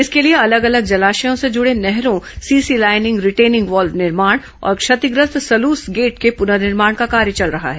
इसके लिए अलग अलग जलाशयों से जुड़े नहरों सीसी लाईनिंग रिटेनिंग वाल्व निर्माण और क्षतिग्रस्त सलूस गेट के पुर्ननिर्माण का काम चल रहा है